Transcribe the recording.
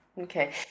Okay